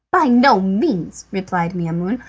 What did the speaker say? by no means, replied maimoune.